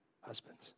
husbands